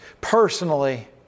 personally